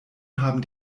haben